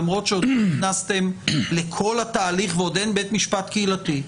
למרות שעוד לא נכנסתם לכל התהליך ועוד אין בית משפט קהילתי,